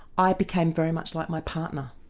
i became very much like my partner,